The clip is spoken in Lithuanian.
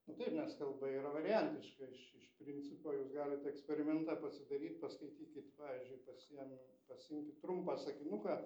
nu taip nes kalba yra variantiška iš iš principo jūs galit eksperimentą pasidaryt paskaitykit pavyzdžiui pasiėm pasiimkit trumpą sakinuką